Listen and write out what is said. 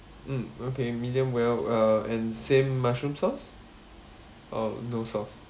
mm okay medium well uh and same mushroom sauce or no sauce